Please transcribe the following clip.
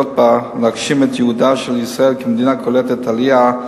בה ולהגשים את ייעודה של ישראל כמדינה קולטת עלייה,